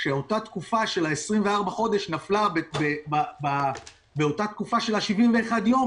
שאותה תקופה של 24 חודש נפלה באותה תקופה של ה-71 יום,